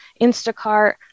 Instacart